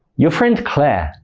your friend claire,